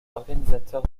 organisateurs